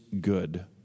good